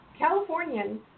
Californian